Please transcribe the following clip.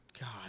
God